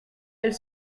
elle